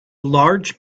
large